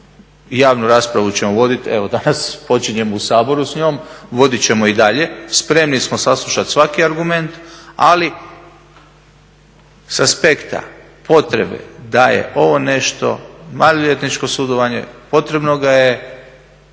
javnu raspravu ćemo voditi, evo danas počinjemo u Saboru s njom, vodit ćemo je i dalje. Spremni smo saslušati svaki argument ali s aspekta potrebe da je ovo nešto maloljetničko sudovanje, potrebno ga je